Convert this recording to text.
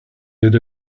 did